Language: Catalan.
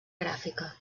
gràfica